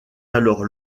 alors